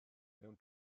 mewn